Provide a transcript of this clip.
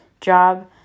job